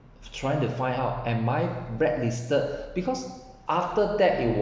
trying to find out am I blacklisted because after that you